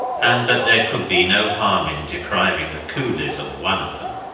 and that there could be no harm in depriving the coolies of one of them.